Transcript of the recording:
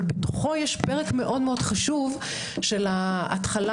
אבל בתוכו יש פרק מאוד מאוד חשוב של ההתחלה,